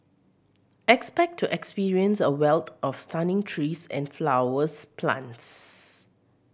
expect to experience a wealth of stunning trees and flowers plants